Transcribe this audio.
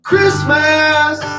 Christmas